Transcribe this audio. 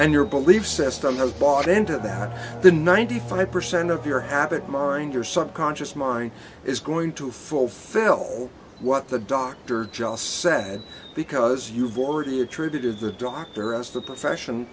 and your belief system has bought into that the ninety five percent of your habit mind your subconscious mind it's going to fulfill what the doctor just said because you've already attributed the doctor as the profession